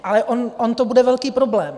Ale on to bude velký problém.